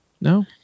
No